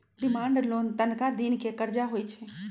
demand loan तनका दिन के करजा होइ छइ